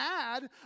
add